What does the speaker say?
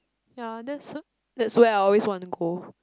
ya that's that's where I always want to go